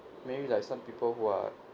maybe like some people who are